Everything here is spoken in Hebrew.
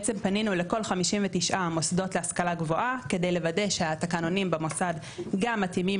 פנינו לכל 59 המוסדות להשכלה גבוהה כדי לוודא שהתקנונים במוסד גם מתאימים